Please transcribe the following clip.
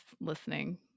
listening